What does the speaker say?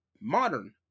modern